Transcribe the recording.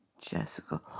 Jessica